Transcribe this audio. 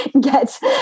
get